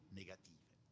negative